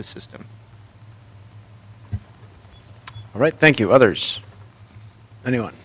the system right thank you others anyone